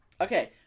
okay